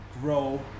grow